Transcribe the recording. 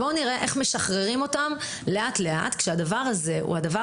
בואו נראה איך משחררים אותם לאט לאט כאשר הדבר הזה הוא הדבר